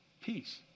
peace